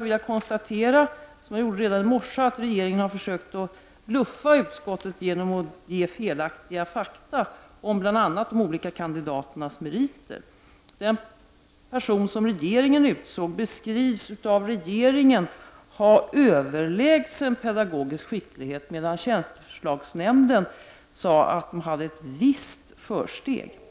vill jag konstatera, som jag gjorde redan i morse, att regeringen har försökt att bluffa för utskottet genom att ge felaktiga fakta om bl.a. de olika kandidaternas meriter. Den person som regeringen utsåg beskrevs av regeringen ha överlägsen pedagogisk skicklighet, medan tjänsteförslagsnämnden sade att hon hade ett visst försteg.